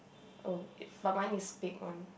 oh but my one is thick one